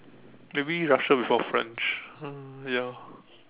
maybe Russian before French uh ya